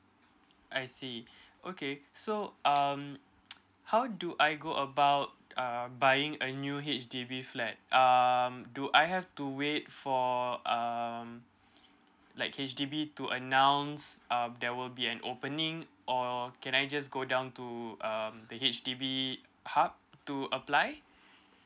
I see okay so um how do I go about um buying a new H_D_B flat um do I have to wait for um like H_D_B to announce um there will be an opening or can I just go down to um the H_D_B hub to apply